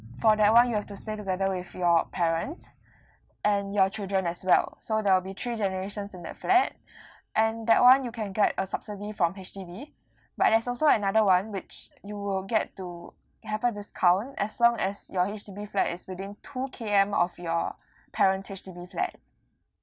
for that one you have to stay together with your parents and your children as well so there will be three generations that flat and that one you can get a subsidy from H_D_B but there's also another one which you will get to have a discount as long as your H_D_B flat is within two K_M of your parents' H_D_B flat